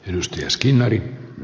arvoisa puhemies